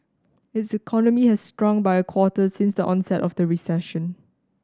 its economy has shrunk by a quarter since the onset of the recession